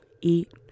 eat